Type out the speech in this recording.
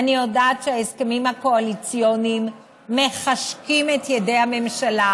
שההסכמים הקואליציוניים מחשקים את ידי הממשלה